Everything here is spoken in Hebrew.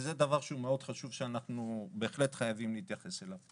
וזה דבר שהוא מאוד חשוב שאנחנו בהחלט חייבים להתייחס אליו.